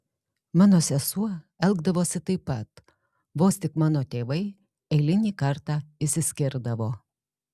mano sesuo elgdavosi taip pat vos tik mano tėvai eilinį kartą išsiskirdavo